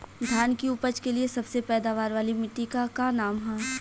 धान की उपज के लिए सबसे पैदावार वाली मिट्टी क का नाम ह?